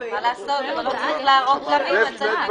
כתפי הרשות המקומית שלא מסוגלת להתמודד עם זה.